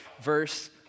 Verse